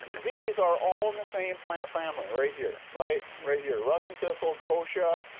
these are all in the same plant family right here. right right here russian thistle, kochia,